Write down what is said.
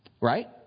Right